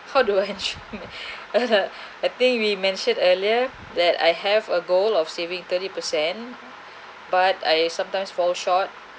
how do I sh~ I think we mentioned earlier that I have a goal of saving thirty percent but I sometimes fall short